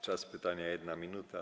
Czas pytania - 1 minuta.